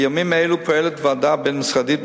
בימים אלו פועלת ועדה בין-משרדית,